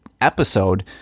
episode